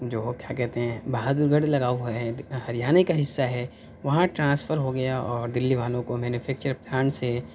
جو وہ کیا کہتے ہیں بہادر گڑھ لگا ہوا ہے ہریانہ کا حصہ ہے وہاں ٹرانسفر ہو گیا اور دلی والوں کو مینوفیکچر پلانٹ سے